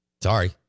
Sorry